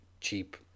cheap